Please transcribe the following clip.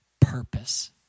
purpose